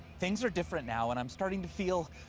things are different now, and i'm starting to feel,